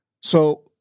So-